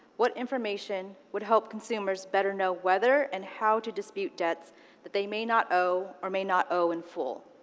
what information would help consumers better know whether and how to dispute debts that they may not owe or may not owe in full?